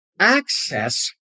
Access